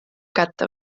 kätte